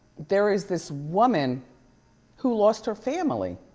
there is this woman who lost her family.